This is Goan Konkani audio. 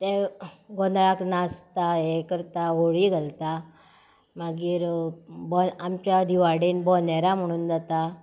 ते गोंदळाक नाचता हें करता होळी घालता मागीर बो आमच्या दिवाडेन बोनेरा म्हुणून जाता